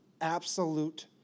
absolute